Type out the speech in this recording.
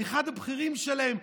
אחד הבכירים שלהם,